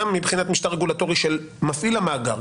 גם מבחינת משטר רגולטורי של מפעיל המאגר,